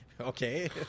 Okay